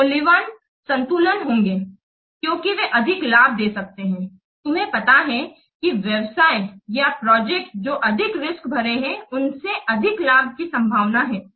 वे मूल्यवान संतुलन होंगे क्योंकि वे अधिक लाभ दे सकते हैं तुम्हे पता हैं कि व्यावसाय या प्रोजेक्ट जो अधिक रिस्क भरे हैं उनसे अधिक लाभ की संभावना है